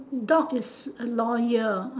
dog is loyal